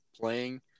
playing